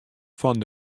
fan